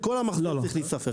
וכל המחזור צריך להיספר,